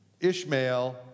Ishmael